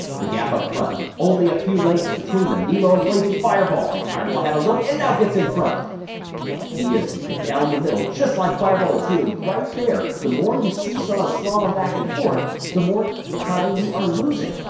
the gap up front, only a few lengths between them. nemo and blazing fireball. fireball had a look and now gets in front! the key is to get down the middle just like fireball is doing right there. the more you seesaw and slalom back and forth the more time you are losing.